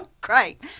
great